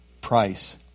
price